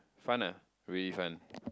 fun lah really fun